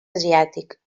asiàtic